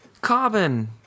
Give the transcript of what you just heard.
Carbon